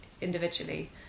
individually